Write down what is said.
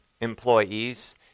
employees